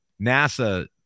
NASA